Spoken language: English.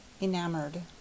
enamored